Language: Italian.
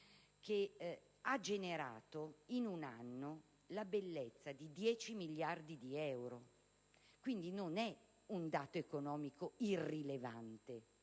che ha generato in un anno la bellezza di 10 miliardi di euro. Quindi, non è un dato economico irrilevante